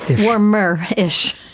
Warmer-ish